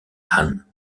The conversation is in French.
han